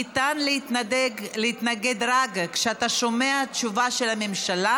ניתן להתנגד רק כשאתה שומע תשובה של הממשלה,